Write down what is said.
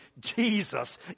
Jesus